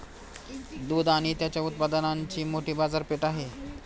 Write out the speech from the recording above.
दूध आणि त्याच्या उत्पादनांची मोठी बाजारपेठ आहे